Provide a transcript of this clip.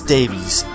Davies